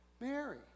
Mary